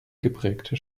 geprägte